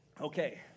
Okay